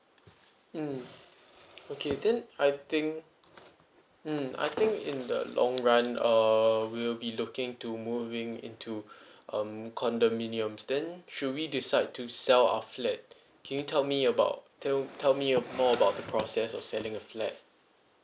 mm okay then I think mm I think in the long run uh we'll be looking to move in into um condominiums then should we decide to sell our flat can you tell me about tell tell me uh more about the process of selling a flat